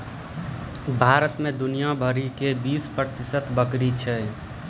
भारत मे दुनिया भरि के बीस प्रतिशत बकरी छै